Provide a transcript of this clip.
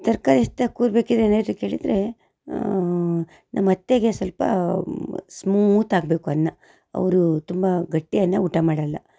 ತರಕಾರಿ ಹೆಚ್ತಾ ಕೂರಬೇಕಿದ್ರೆ ಏನಾಯಿತು ಕೇಳಿದರೆ ನಮ್ಮ ಅತ್ತೆಗೆ ಸ್ವಲ್ಪ ಸ್ಮೂತ್ ಆಗಬೇಕು ಅನ್ನ ಅವರು ತುಂಬ ಗಟ್ಟಿ ಅನ್ನ ಊಟ ಮಾಡೋಲ್ಲ